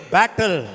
battle